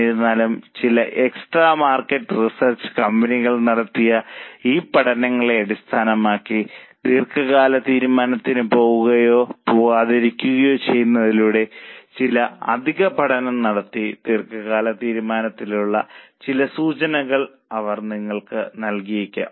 എന്നിരുന്നാലും ചില extra market research കമ്പനികൾ നടത്തിയ ഈ പഠനങ്ങളെ അടിസ്ഥാനമാക്കി ദീർഘകാല തീരുമാനത്തിന് പോവുകയോ പോകാതിരിക്കുകയോ ചെയ്യുന്നതിലൂടെ ചില അധിക പഠനം നടത്തി ദീർഘകാല തീരുമാനത്തിൽ ഉള്ള ചില സൂചനകൾ അവർ നിങ്ങൾക്ക് നൽകിയേക്കാം